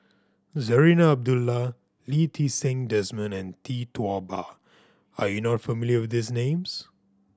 Zarinah Abdullah Lee Ti Seng Desmond and Tee Tua Ba are you not familiar with these names